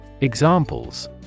Examples